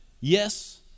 yes